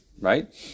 right